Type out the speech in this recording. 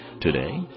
today